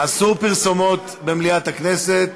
אסור פרסומות במליאת הכנסת.